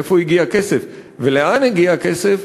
מאיפה הגיע הכסף ולאן הגיע הכסף,